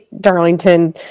Darlington